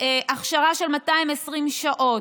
הכשרה של 220 שעות,